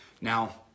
Now